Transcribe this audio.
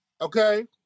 okay